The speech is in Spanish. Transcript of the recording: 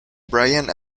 bryan